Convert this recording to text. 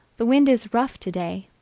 the wind is rough today!